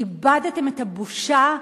איבדתם את הבושה,